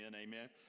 amen